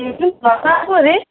घर कहाँ पो अरे